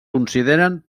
consideren